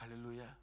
hallelujah